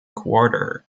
quarter